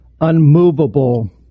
unmovable